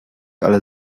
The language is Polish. ale